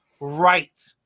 right